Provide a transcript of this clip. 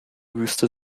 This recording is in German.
wüste